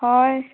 হয়